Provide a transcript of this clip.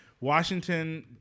Washington